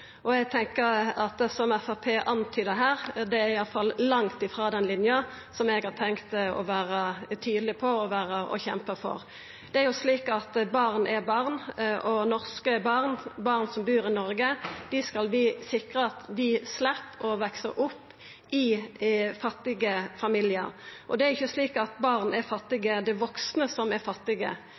langt frå den linja eg har tenkt å vera tydeleg på og kjempa for. Det er jo slik at barn er barn, og vi skal sikra at norske barn – barn som bur i Noreg – slepp å veksa opp i fattige familiar. Det er ikkje slik at barn er fattige, det er vaksne som er fattige,